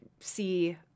see